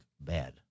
bad